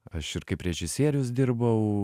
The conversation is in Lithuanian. aš ir kaip režisierius dirbau